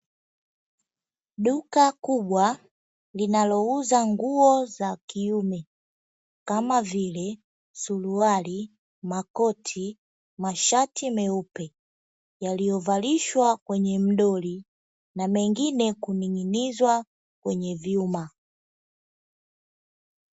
Duka kubwa linalouza nguo za kiume kama vile, suruali, makoti na mashati meupe yaliyovalishwa kwenye mdoli na mengine kuning'inizwa kwenye vyuma.